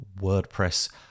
WordPress